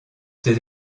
ses